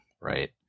Right